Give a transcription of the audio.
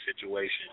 situation